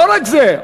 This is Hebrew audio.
לא רק זה.